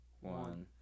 one